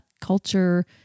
culture